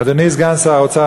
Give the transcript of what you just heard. אדוני סגן שר האוצר,